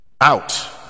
Out